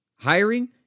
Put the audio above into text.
Hiring